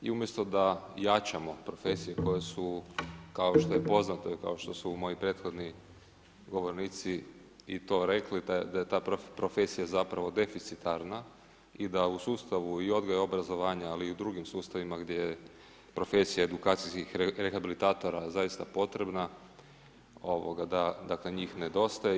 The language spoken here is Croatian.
I umjesto da jačamo profesije koje su kao što je poznato i kao što su moj i prethodni govornici i to rekli da je ta profesija zapravo deficitarna i da u sustavu i odgoja i obrazovanja ali i u drugim sustavima gdje je profesija edukacijskih rehabilitatora zaista potrebna da dakle njih ne nedostaje.